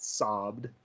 sobbed